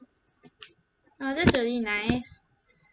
oh that's really nice